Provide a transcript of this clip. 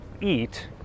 eat